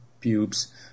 pubes